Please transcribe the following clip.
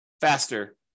faster